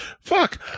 fuck